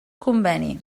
conveni